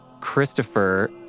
Christopher